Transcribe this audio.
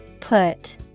Put